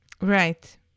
Right